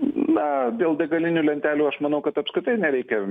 na dėl degalinių lentelių aš manau kad apskritai nereikia